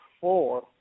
four